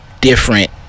different